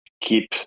keep